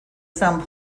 some